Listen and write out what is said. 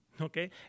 Okay